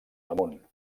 damunt